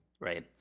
right